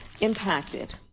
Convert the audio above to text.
impacted